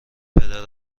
پدر